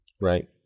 right